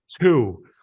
two